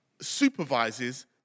supervises